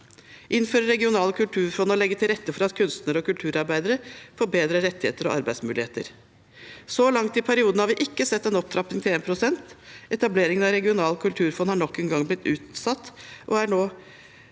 innføre regionale kulturfond og legge til rette for at kunstnere og kulturarbeidere får bedre rettigheter og arbeidsmuligheter. Så langt i perioden har vi ikke sett en opptrapping til 1 pst., etableringen av regionale kulturfond har nok en gang blitt utsatt, og det er